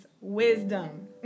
wisdom